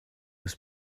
was